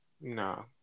No